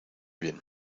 bien